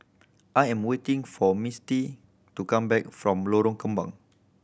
I am waiting for Misty to come back from Lorong Kembang